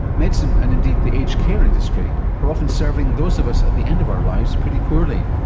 medicine and indeed the aged care industry are often serving those of us at the end of our lives, pretty poorly.